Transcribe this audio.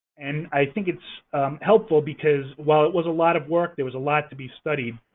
and i think it's helpful because, while it was a lot of work, there was a lot to be studied.